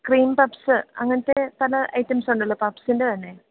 cream puffs അങ്ങനത്തെ പല ഐറ്റംസുണ്ടല്ലോ പഫ്സിൻ്റെ തന്നെ